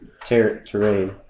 terrain